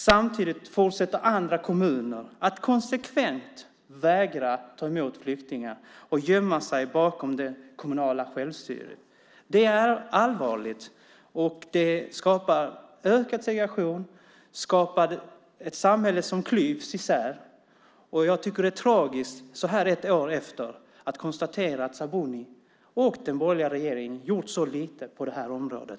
Samtidigt fortsätter andra kommuner att konsekvent vägra ta emot flyktingar och gömma sig bakom det kommunala självstyret. Det är allvarligt, och det skapar ökad segregation, ett samhälle som klyvs isär. Jag tycker att det är tragiskt att så här ett år efter konstatera att Sabuni och den borgerliga regeringen gjort så lite på det här området.